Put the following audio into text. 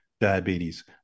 diabetes